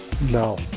No